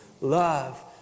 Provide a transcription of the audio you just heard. Love